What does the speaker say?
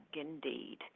Indeed